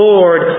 Lord